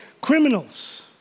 criminals